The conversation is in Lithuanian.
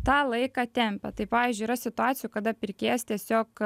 tą laiką tempia tai pavyzdžiui yra situacijų kada pirkėjas tiesiog